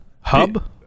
hub